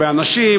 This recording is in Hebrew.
הרבה אנשים,